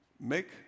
make